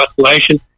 isolation